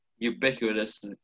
Ubiquitous